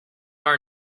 our